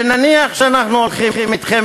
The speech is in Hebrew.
ונניח שאנחנו הולכים אתכם,